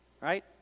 right